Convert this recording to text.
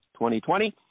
2020